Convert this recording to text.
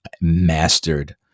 mastered